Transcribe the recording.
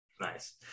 Nice